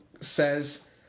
says